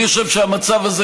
אני חושב שהמצב הזה,